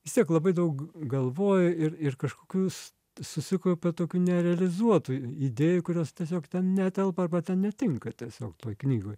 vis tiek labai daug galvoji ir ir kažkokius susikaupia tokių nerealizuotų idėjų kurios tiesiog ten netelpa arba ten netinka tiesiog knygoj